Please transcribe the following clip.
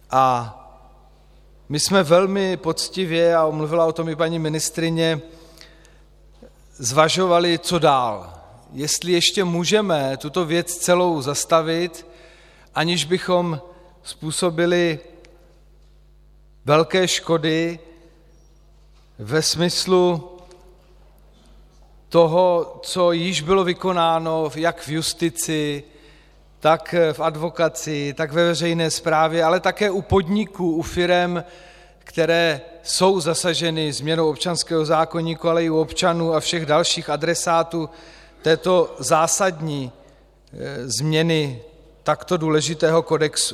A my jsme velmi poctivě a mluvila o tom i paní ministryně zvažovali, co dále, jestli ještě můžeme tuto věc celou zastavit, aniž bychom způsobili velké škody ve smyslu toho, co již bylo vykonáno jak v justici, tak v advokacii, tak ve veřejné správě, ale také u podniků, u firem, které jsou zasaženy změnou občanského zákoníku, ale i u občanů a všech dalších adresátů této zásadní změny takto důležitého kodexu.